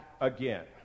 again